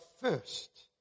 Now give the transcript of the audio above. first